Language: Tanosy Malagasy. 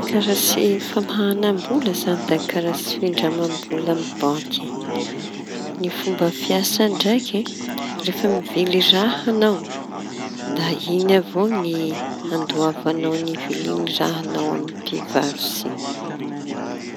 Ny karatsy famahaña-bola zañy da karatsy findramam-bola amy banky. Ny fomba fiasa ndraiky rehefa mivily raha añao da iñy avao ny andoavañao vilin' ny raha añao amy mpivarotsy.